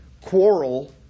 quarrel